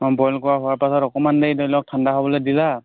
boil কৰা হোৱাৰ পাছত অকণমান এই ধৰি লোৱা ঠাণ্ডা হ'বলৈ দিলা